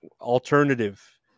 alternative